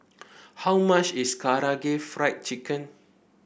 how much is Karaage Fried Chicken